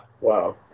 Wow